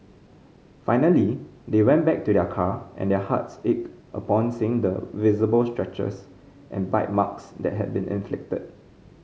finally they went back to their car and their hearts ached upon seeing the visible scratches and bite marks that had been inflicted